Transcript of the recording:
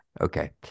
Okay